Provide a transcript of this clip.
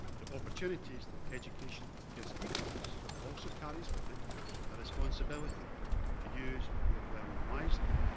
the opportunities that education gives each of us, also carries with it a responsibility to use what we have learned wisely,